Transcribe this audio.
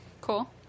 Cool